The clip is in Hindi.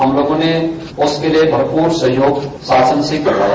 हम लोगों ने उसके लिये भरपूर सहयोग शासन से करवाया